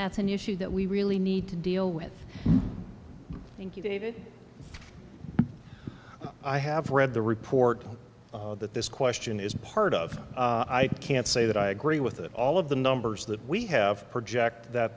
that's an issue that we really need to deal with thank you i have read the report that this question is part of i can't say that i agree with all of the numbers that we have projected that